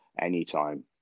anytime